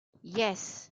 yes